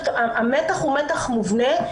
המתח הוא מתח מובנה.